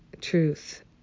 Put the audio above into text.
truth